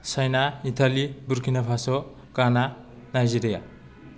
China Italy Burkina Faso Ghana Nigeria